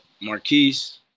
Marquise